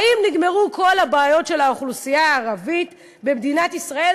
האם נגמרו כל הבעיות של האוכלוסייה הערבית במדינת ישראל,